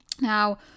Now